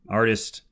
artist